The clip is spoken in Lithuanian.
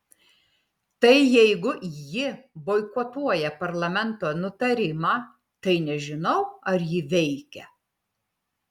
tai jeigu ji boikotuoja parlamento nutarimą tai nežinau ar ji veikia